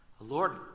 Lord